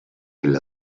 ella